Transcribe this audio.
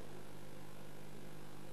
התשע"א